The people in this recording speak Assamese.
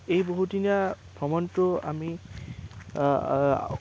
এই বহুদিনীয়া ভ্ৰমণটো আমি